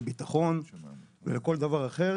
לביטחון ולכל דבר אחר,